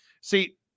See